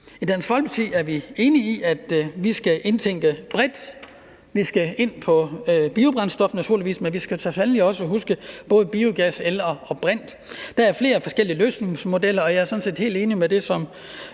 I Dansk Folkeparti er vi enige i, at vi skal indtænke det bredt, vi skal ind på biobrændstof, naturligvis, men vi skal så sandelig også huske både biogas, el og brint. Der er flere forskellige løsningsmodeller, og jeg er sådan set helt